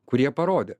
kurie parodė